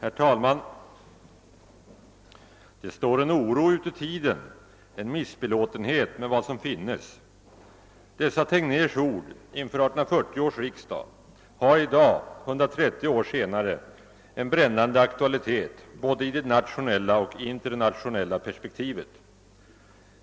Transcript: Herr talman! »Det står en oro uti tiden, en missbelåtenhet med vad som finnes.« Dessa Tegnérs ord inför 1840 års riksdag har i dag, 130 år senare, en brännande aktualitet i både det nationella och det internationella perspektivet.